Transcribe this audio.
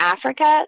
Africa